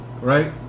Right